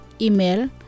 Email